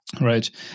Right